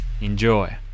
Enjoy